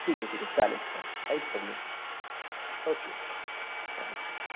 ठीक आहे ठीक आहे चालेल चालेल काहीच प्रॉब्लेम नाही ओके ओके चालेल चालेल